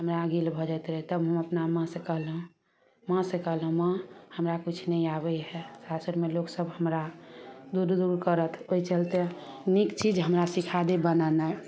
हमरा गील भऽ जाइ तब हम अपना माँ सऽ कहलहुॅं माँ सऽ कहलहुॅं माँ हमरा किछु नहि आबै हइ सासुरमे लोक सब हमरा दूर दूर करत ओहि चलते नीक चीज हमरा सीखा दे बनेनाइ